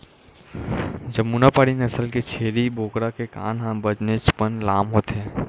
जमुनापारी नसल के छेरी बोकरा के कान ह बनेचपन लाम होथे